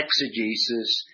exegesis